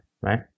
right